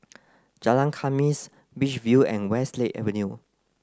Jalan Khamis Beach View and Westlake Avenue